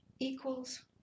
Equals